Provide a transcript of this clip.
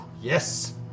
yes